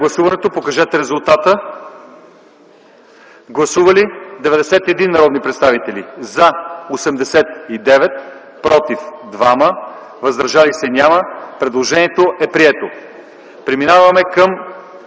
и второ четене. Гласували 91 народни представители: за 89, против 2, въздържали се няма. Предложението е прието.